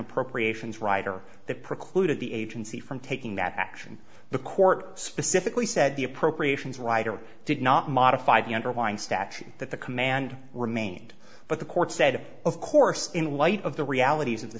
appropriations rider that precluded the agency from taking that action the court specifically said the appropriations rider did not modify the underlying statute that the command remained but the court said of course in light of the realities of the